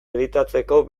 editatzeko